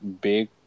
big